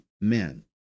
men